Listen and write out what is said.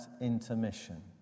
intermission